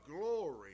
glory